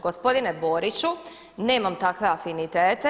Gospodine Boriću, nemam takve afinitete.